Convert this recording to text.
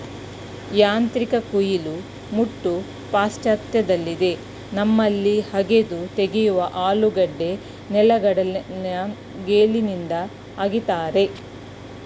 ಯಾಂತ್ರಿಕ ಕುಯಿಲು ಮುಟ್ಟು ಪಾಶ್ಚಾತ್ಯದಲ್ಲಿದೆ ನಮ್ಮಲ್ಲಿ ಅಗೆದು ತೆಗೆಯುವ ಆಲೂಗೆಡ್ಡೆ ನೆಲೆಗಡಲೆನ ನೇಗಿಲಿಂದ ಅಗಿತಾರೆ